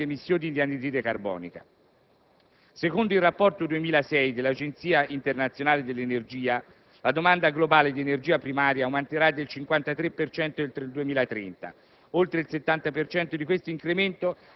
che sono e saranno i Paesi a più alte emissioni di anidride carbonica. Secondo il rapporto 2006 dell'Agenzia internazionale dell'energia, la domanda globale di energia primaria aumenterà del 53 per cento entro il 2030: